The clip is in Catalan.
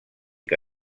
que